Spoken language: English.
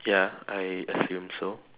ya I assume so